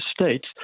States